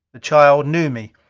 the child knew me.